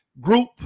group